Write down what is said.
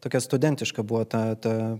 tokia studentiška buvo ta ta